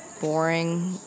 boring